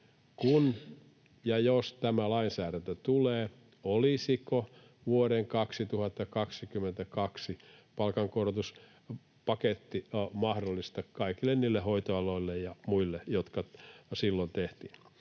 kun ja jos tämä lainsäädäntö tulee, olisiko vuoden 2022 palkankorotuspaketti mahdollista kaikille niille hoitoaloille ja muille, joiden osalta se silloin tehtiin.